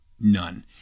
none